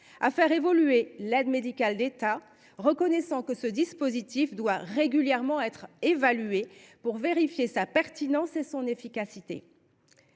à faire évoluer l’aide médicale de l’État, reconnaissant que ce dispositif devait « régulièrement être évalué pour vérifier sa pertinence et son efficacité